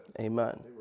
Amen